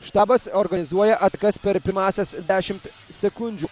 štabas organizuoja atakas per pirmąsias dešimt sekundžių